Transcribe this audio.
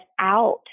out